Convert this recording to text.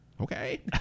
okay